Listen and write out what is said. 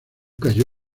cayó